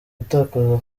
gutakaza